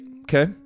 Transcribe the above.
okay